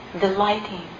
delighting